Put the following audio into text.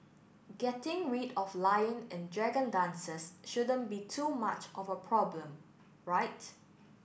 getting rid of lion and dragon dances shouldn't be too much of a problem right